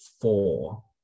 four